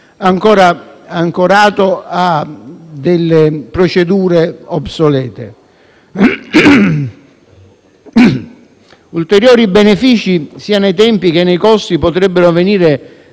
ancora ancorato a procedure obsolete. Ulteriori benefici, sia nei tempi che nei costi, potrebbero venire